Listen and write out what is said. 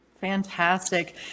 Fantastic